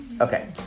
Okay